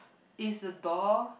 is the door